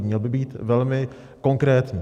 Měl by být velmi konkrétní.